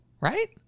right